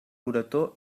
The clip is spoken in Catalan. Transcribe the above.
loreto